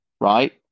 right